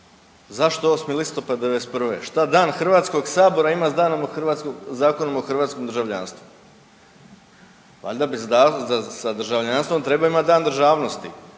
zašto 8. listopad '91., šta Dan HS-a ima s Zakonom o hrvatskom državljanstvu? Valjda bi sa državljanstvom trebao imati Dan državnosti.